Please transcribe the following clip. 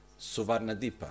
Suvarnadipa